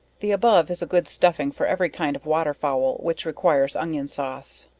the above is a good stuffing for every kind of water fowl, which requires onion sauce.